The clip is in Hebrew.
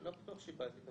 אני לא בטוח שהיא בעייתית.